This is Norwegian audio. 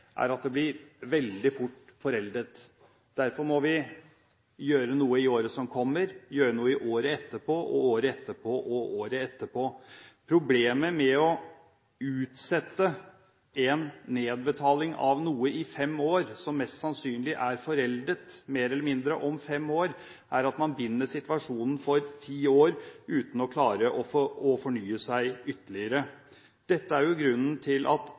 er at det blir veldig fort foreldet. Derfor må vi gjøre noe i året som kommer, gjøre noe året etterpå og året etterpå der igjen. Problemet med å utsette nedbetalingen av noe i fem år – noe som mest sannsynlig er foreldet, mer eller mindre, om fem år – er at man binder seg for ti år, uten å klare å fornye seg ytterligere. Dette er jo grunnen til at